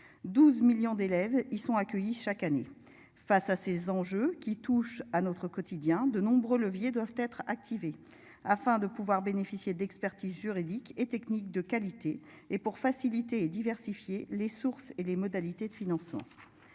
12 millions d'élèves, ils sont accueillis chaque année. Face à ces enjeux qui touchent à notre quotidien de nombreux leviers doivent être activé afin de pouvoir bénéficier d'expertise juridique et technique de qualité et pour faciliter et diversifier les sources et les modalités de financement.